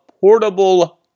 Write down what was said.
portable